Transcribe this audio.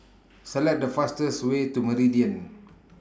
Select The fastest Way to Meridian